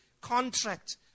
contract